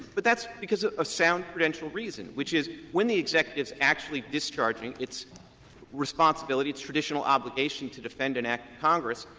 but that's because of a sound prudential reason, which is when the executive is actually discharging its responsibility, its traditional obligation to defend an act of congress,